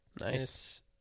Nice